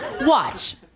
Watch